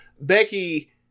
becky